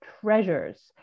treasures